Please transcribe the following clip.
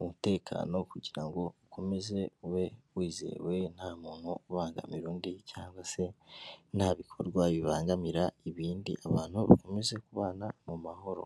umutekano kugira ngo ukomeze ube wizewe nta muntu ubangamira undi cyangwa se nta bikorwa bibangamira ibindi, abantu bakomeze kubana mu mahoro.